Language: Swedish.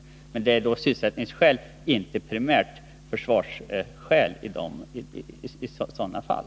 Men det är i sådana fall fråga om sysselsättningsskäl och inte primärt försvarsskäl.